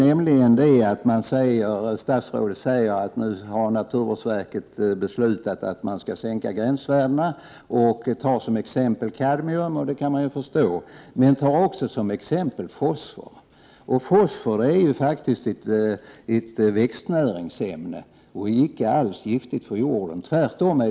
Statsrådet säger nämligen att naturvårdsverket har beslutat sänka gränsvärdena och tar som exempel kadmium — och det kan man ju förstå — men också fosfor. Fosfor är ju faktiskt ett växtnäringsämne, som icke alls är giftigt för jorden —-tvärtom!